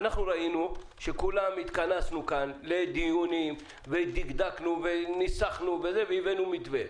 אנחנו ראינו שכולנו התכנסנו כאן לדיונים ודקדקנו וניסחנו והבאנו מתווה,